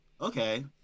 okay